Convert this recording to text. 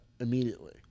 immediately